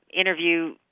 interview